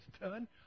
done